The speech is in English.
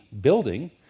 building